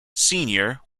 senior